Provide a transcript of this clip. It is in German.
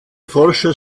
forscher